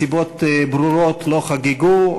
מסיבות ברורות לא חגגו,